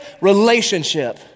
relationship